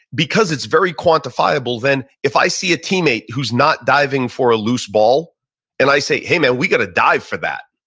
because it's very quantifiable then if i see a teammate who's not diving for a loose ball and i say, hey man, we got to dive for that.